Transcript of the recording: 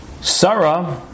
Sarah